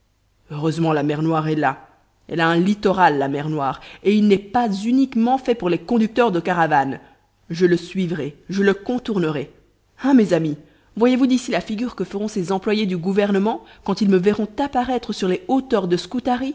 heureusement la mer noire est là elle a un littoral la mer noire et il n'est pas uniquement fait pour les conducteurs de caravanes je le suivrai je le contournerai hein mes amis voyez-vous d'ici la figure que feront ces employés du gouvernement quand ils me verront apparaître sur les hauteurs de